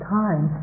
time